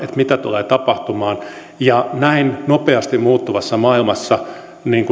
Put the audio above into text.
mitä tulee tapahtumaan näin nopeasti muuttuvassa maailmassa